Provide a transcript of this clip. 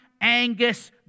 Angus